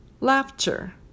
laughter